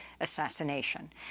assassination